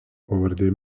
pavardė